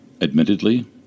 Admittedly